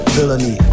Villainy